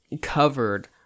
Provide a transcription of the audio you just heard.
covered